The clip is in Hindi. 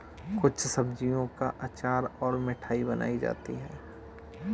कुछ सब्जियों का अचार और मिठाई बनाई जाती है